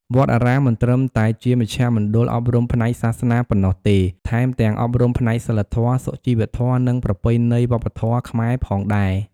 វត្តអារាមមិនត្រឹមតែជាមជ្ឈមណ្ឌលអប់រំផ្នែកសាសនាប៉ុណ្ណោះទេ ថែមទាំងអប់រំផ្នែកសីលធម៌ សុជីវធម៌ និងប្រពៃណីវប្បធម៌ខ្មែរផងដែរ។